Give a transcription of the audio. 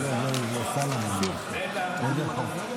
השני.